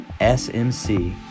SMC